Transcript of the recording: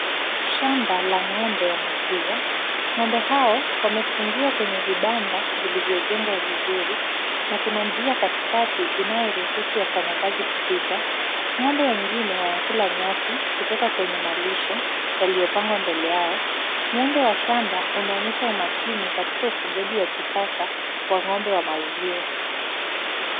Shamba la ng'ombe wa maziwa, ng'ombe hao wakiwa kwenye vibanda vilivyojengwa vizuri na kuna njia katikati inayoruhusu wafanyakazi kupita, ng'ombe wengine wanakula nyasi kutoka kwenye malisho yaliyopangwa mbele yao. Muundo wa shamba unaonyesha umakini katika ufugaji wa kisasa wa ng'ombe wa maziwa.